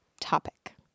topic